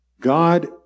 God